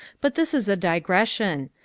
but this is a digression.